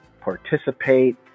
participate